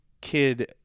kid